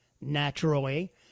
naturally